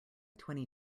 twenty